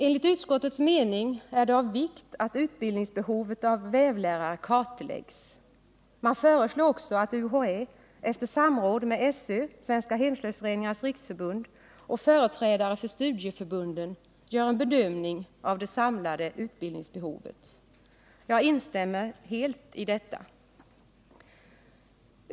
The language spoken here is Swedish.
Enligt utskottets mening är det av vikt att utbildningsbehovet av vävlärare kartläggs. Man föreslår också att UHÄ efter samråd med SÖ, Svenska hemslöjdsföreningarnas riksförbund och företrädare för studieförbunden gör en bedömning av det samlade utbildningsbehovet. Jag instämmer helt i detta.